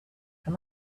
can